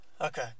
Okay